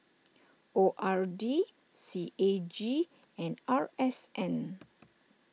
O R D C A G and R S N